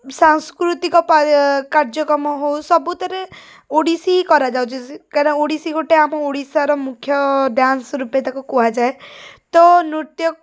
ସାଂସ୍କୃତିକ ପାରିୟ କାର୍ଯ୍ୟକ୍ରମ ହଉ ସବୁଥିରେ ଓଡ଼ିଶୀ ହିଁ କରାଯାଉଛି ସେ କାହିଁକିନା ଓଡ଼ିଶୀ ଗୋଟେ ଆମ ଓଡ଼ିଶାର ମୁଖ୍ୟ ଡ୍ୟାନ୍ସ ରୂପେ ତାକୁ କୁହାଯାଏ ତ ନୃତ୍ୟ